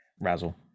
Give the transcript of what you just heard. Razzle